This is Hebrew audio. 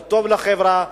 זה טוב לחברה,